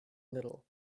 little